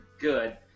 good